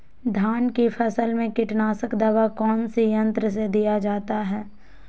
धान की फसल में कीटनाशक दवा कौन सी यंत्र से दिया जाता है?